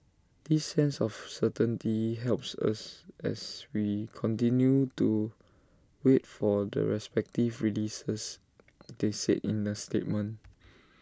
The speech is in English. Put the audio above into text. this sense of certainty helps us as we continue to wait for the respective releases they said in A statement